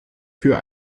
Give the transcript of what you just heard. für